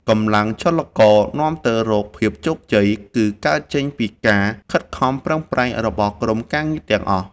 កម្លាំងចលករនាំទៅរកភាពជោគជ័យគឺកើតចេញពីការខិតខំប្រឹងប្រែងរបស់ក្រុមការងារទាំងអស់។